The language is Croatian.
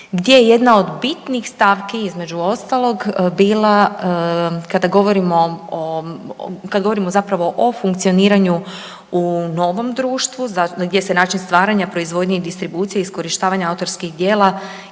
gdje je jedna od bitnih stavki između ostalog bila kada govorimo zapravo o funkcioniranju u novom društvu gdje se način stvaranja, proizvodnje i distribucije iskorištavanja autorskih djela